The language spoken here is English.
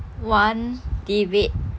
one debate